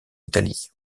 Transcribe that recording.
italie